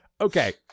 Okay